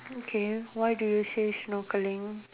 okay why do you say snorkeling